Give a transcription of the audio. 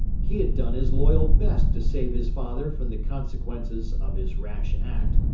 he had done his loyal best to save his father from the consequences of his rash act,